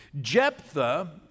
Jephthah